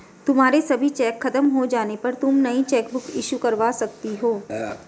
तुम्हारे सभी चेक खत्म हो जाने पर तुम नई चेकबुक इशू करवा सकती हो